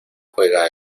juega